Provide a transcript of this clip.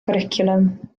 cwricwlwm